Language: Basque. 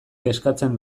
kezkatzen